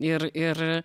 ir ir